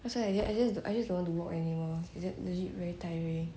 that's why like that I just I just don't want to walk anymore is like legit very tiring